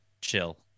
chill